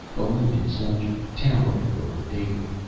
a wounded soldier, towering over the david.